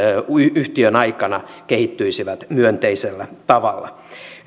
yhtiön aikana kehittyisivät myönteisellä tavalla